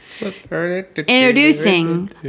introducing